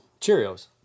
Cheerios